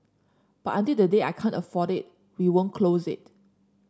but until the day I can't afford it we won't close it